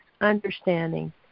understanding